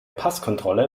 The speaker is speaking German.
passkontrolle